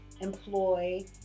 employ